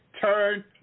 turn